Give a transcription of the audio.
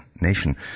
Nation